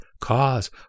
cause